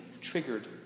triggered